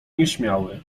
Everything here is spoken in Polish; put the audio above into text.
nieśmiały